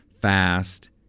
fast